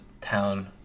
town